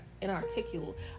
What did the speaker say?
inarticulate